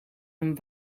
een